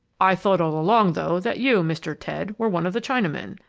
i thought all along, though, that you, mr. ted, were one of the chinamen.